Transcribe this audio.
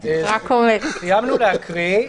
סיימנו את ההקראה.